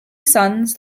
sons